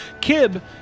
Kib